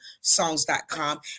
songs.com